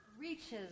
reaches